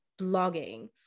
blogging